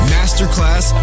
Masterclass